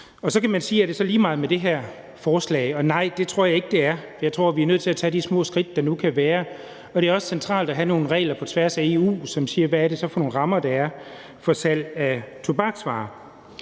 Så kan man spørge, om det er lige meget med det her forslag. Nej, det tror jeg ikke det er. Jeg tror, at vi er nødt til at tage de små skridt, der nu kan være, og det er også centralt at have nogle regler på tværs af EU, som siger, hvad det er for nogle rammer, der er, for salg af tobaksvarer.